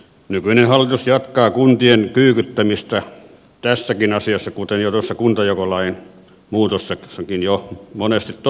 nykyinen hallitus jatkaa kuntien kyykyttämistä tässäkin asiassa kuten tuossa kuntajakolain muutoksestakin jo monesti todettiin